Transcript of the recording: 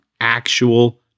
actual